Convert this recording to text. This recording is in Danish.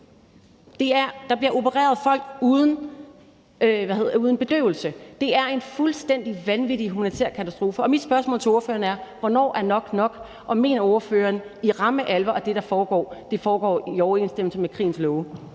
Folk bliver opereret uden bedøvelse. Det er en fuldstændig vanvittig humanitær katastrofe, og mit spørgsmål til ordføreren er: Hvornår er nok nok? Og mener ordføreren i ramme alvor, at det, der foregår, foregår i overensstemmelse med krigens love?